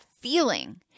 feeling